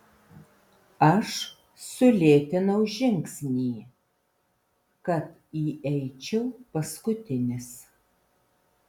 aš sulėtinau žingsnį kad įeičiau paskutinis